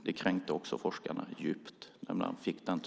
Det kränkte också forskarna djupt.